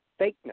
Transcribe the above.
fakeness